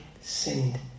sinned